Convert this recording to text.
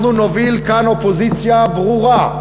אנחנו נוביל כאן אופוזיציה ברורה,